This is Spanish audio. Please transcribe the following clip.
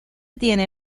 tiene